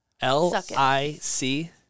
L-I-C